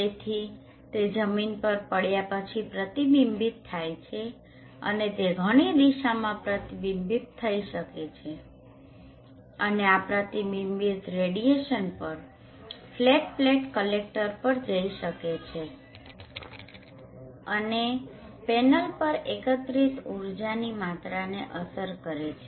તેથી તે જમીન પર પડ્યા પછી પ્રતિબિંબિત થાય છે અને તે ઘણી દિશામાં પ્રતિબિંબિત થઈ શકે છે અને આ પ્રતિબિંબિત રેડીયેશન પણ ફ્લેટ પ્લેટ કલેક્ટર પર જઈ શકે છે અને પેનલ પર એકત્રિત ઊર્જાની માત્રાને અસર કરે છે